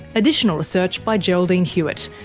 additional research by geraldine hewitt,